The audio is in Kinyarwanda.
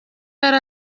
yari